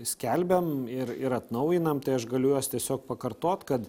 skelbiam ir ir atnaujinam tai aš galiu juos tiesiog pakartot kad